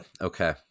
Okay